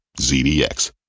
ZDX